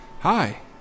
Hi